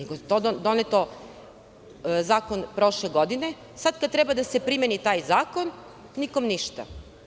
Zakon je donet prošle godine, sada kada treba da se primeni taj zakon, nikom ništa.